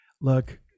look